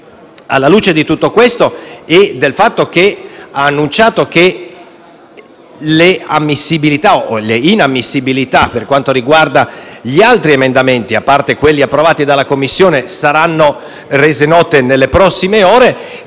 Alla luce di tutto ciò e del fatto che lei ha annunciato che le ammissibilità o le inammissibilità per quanto riguarda gli altri emendamenti, a parte quelli approvati dalle Commissioni riunite, saranno rese note nelle prossime ore,